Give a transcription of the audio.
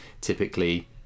typically